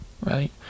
right